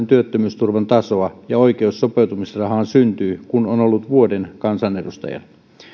työttömyysturvan tasoa ja oikeus sopeutumisrahaan syntyy kun on ollut vuoden kansanedustajana